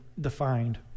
defined